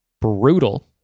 Brutal